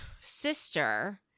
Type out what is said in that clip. sister